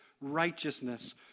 righteousness